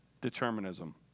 determinism